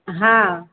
हाँ